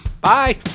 Bye